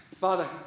Father